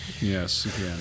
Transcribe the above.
yes